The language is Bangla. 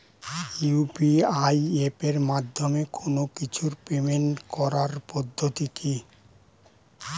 ইউ.পি.আই এপের মাধ্যমে কোন কিছুর পেমেন্ট করার পদ্ধতি কি?